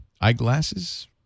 eyeglasses